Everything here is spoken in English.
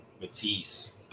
Matisse